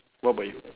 what about you